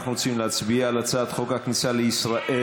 אנחנו רוצים להצביע על הצעת חוק הכניסה לישראל